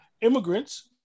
immigrants